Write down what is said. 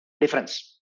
difference